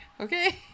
okay